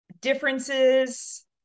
differences